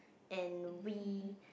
and we